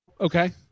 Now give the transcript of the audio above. Okay